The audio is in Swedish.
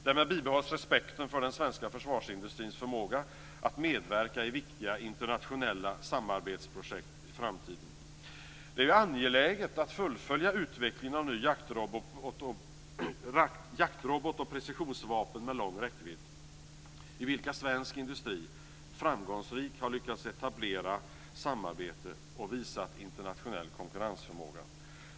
Därmed bibehålls respekten för den svenska försvarsindutrins förmåga att medverka i viktiga internationella samarbetsprojekt i framtiden. Det är angeläget att fullfölja utvecklingen av ny jaktrobot och precisionsvapen med lång räckvidd, i vilka svensk industri framgångsrikt har lyckats etablera samarbete och visat internationell konkurrensförmåga.